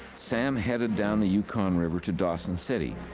sam headed down the yukon river to dawson city.